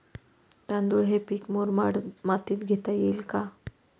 तांदूळ हे पीक मुरमाड मातीत घेता येईल का?